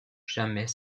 jamais